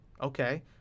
Okay